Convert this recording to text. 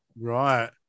Right